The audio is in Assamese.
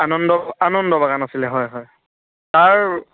আনন্দ আনন্দ বাগান আছিলে হয় হয় তাৰ